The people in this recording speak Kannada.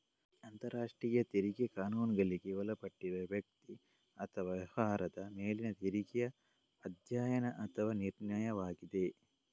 ಅಂತರರಾಷ್ಟ್ರೀಯ ತೆರಿಗೆ ಕಾನೂನುಗಳಿಗೆ ಒಳಪಟ್ಟಿರುವ ವ್ಯಕ್ತಿ ಅಥವಾ ವ್ಯವಹಾರದ ಮೇಲಿನ ತೆರಿಗೆಯ ಅಧ್ಯಯನ ಅಥವಾ ನಿರ್ಣಯವಾಗಿದೆ